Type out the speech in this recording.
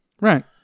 Right